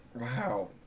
Wow